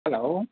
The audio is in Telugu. హలో